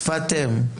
שפת אם.